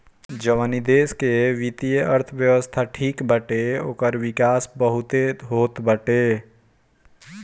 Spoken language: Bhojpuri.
जवनी देस के वित्तीय अर्थव्यवस्था ठीक बाटे ओकर विकास बहुते होत बाटे